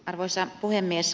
arvoisa puhemies